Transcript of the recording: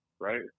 right